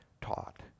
taught